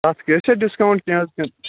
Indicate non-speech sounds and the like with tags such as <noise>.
اَتھ کیٛاہ حظ چھِ ڈِسکاوُنٛٹ کیٚنٛہہ <unintelligible>